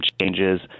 changes